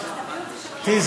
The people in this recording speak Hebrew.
תראי,